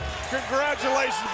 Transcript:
congratulations